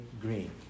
green